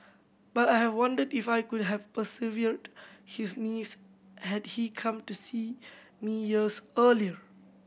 but I have wondered if I could have preserved his knees had he come to see me years earlier